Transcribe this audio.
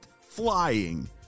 flying